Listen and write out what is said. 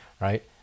right